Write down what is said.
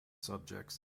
subjects